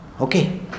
Okay